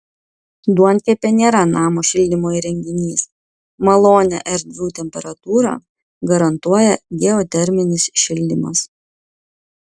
duonkepė nėra namo šildymo įrenginys malonią erdvių temperatūrą garantuoja geoterminis šildymas